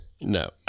No